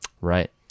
Right